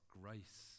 grace